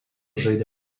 žaidė